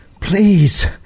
Please